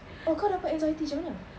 oh kau dapat anxiety macam mana